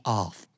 off